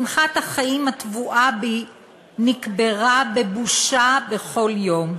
שמחת החיים הטבועה בי נקברה בבושה בכל יום.